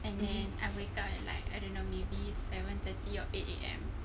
and then I wake up at like I don't know maybe seven thirty or eight A_M